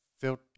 felt